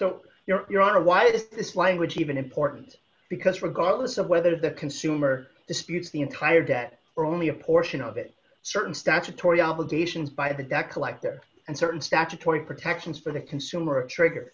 so your honor why is this language even important because regardless of whether the consumer disputes the entire debt or only a portion of it certain statutory obligations by the debt collector and certain statutory protections for the consumer trigger